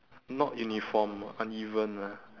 not uniform uneven lah